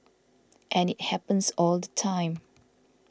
and it happens all the time